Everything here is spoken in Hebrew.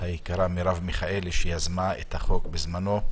היקרה מרב מיכאלי שיזמה את החוק בזמנו,